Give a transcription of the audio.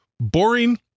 Boring